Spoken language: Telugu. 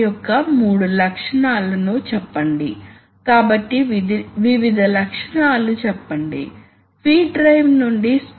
మీకు ఎయిర్ పైలట్ అవసరం కావచ్చు మరియు I నుండి P కన్వర్టర్ అవసరం